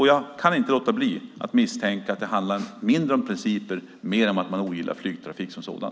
Jag kan inte låta bli att misstänka att det handlar mindre om principer och mer om att man ogillar flygtrafiken som sådan.